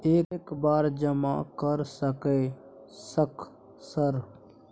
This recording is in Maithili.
एक बार जमा कर सके सक सर?